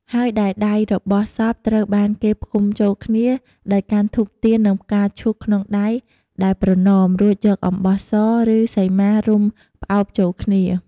ហើយដែលដៃរបស់សពត្រូវបានគេផ្គុំចូលគ្នា ដោយកាន់ធូប ទៀន និងផ្កាឈូកក្នុងដៃដែលប្រណម រួចយកអំបោះស ឬសីមារុំផ្អោបចូលគ្នា។